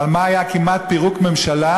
ועל מה היה כמעט פירוק ממשלה,